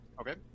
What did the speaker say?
Okay